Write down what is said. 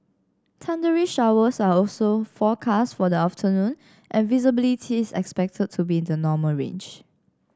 thundery showers are also forecast for the afternoon and visibility is expected to be in the normal range